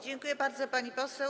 Dziękuję bardzo, pani poseł.